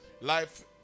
Life